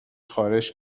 خارش